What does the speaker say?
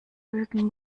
rügen